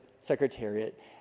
Secretariat